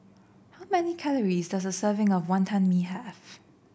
how many calories does a serving of Wantan Mee have